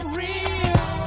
real